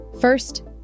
First